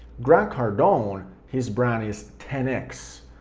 grant cardone, his brand is ten x,